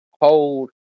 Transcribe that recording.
hold